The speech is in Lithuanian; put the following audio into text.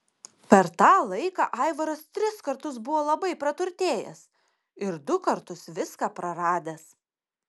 per tą laiką aivaras tris kartus buvo labai praturtėjęs ir du kartus viską praradęs